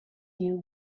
you